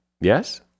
Yes